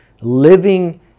Living